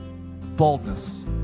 Boldness